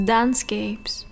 Dancecapes